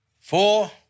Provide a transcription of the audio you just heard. four